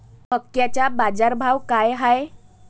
मक्याचा बाजारभाव काय हाय?